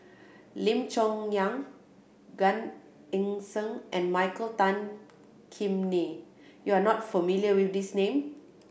Lim Chong Yah Gan Eng Seng and Michael Tan Kim Nei you are not familiar with these name